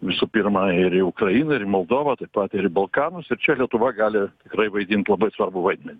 visų pirma ir į ukrainą ir į moldovą taip pat ir balkanus ir čia lietuva gali tikrai vaidint labai svarbų vaidmenį